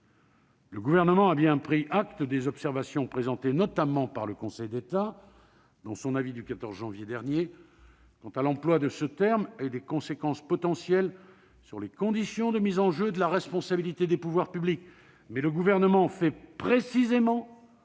Le Gouvernement a bien pris acte des observations présentées notamment par le Conseil d'État dans son avis du 14 janvier dernier quant à l'emploi de ce terme et à ses conséquences potentielles sur les conditions de mise en jeu de la responsabilité des pouvoirs publics. Mais le Gouvernement fait précisément